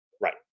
Right